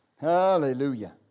Hallelujah